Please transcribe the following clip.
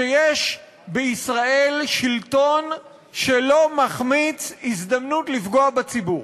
שיש בישראל שלטון שלא מחמיץ הזדמנות לפגוע בציבור,